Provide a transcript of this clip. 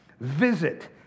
visit